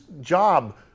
job